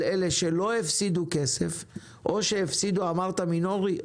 אלה שלא הפסידו כסף או שהפסידו מינורי,